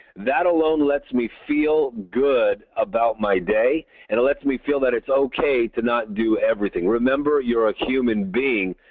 that alone lets me feel good about my day. and it lets me feel that it's ok to not do everything. remember, you're a human being,